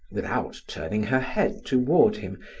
without turning her head toward him,